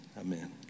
Amen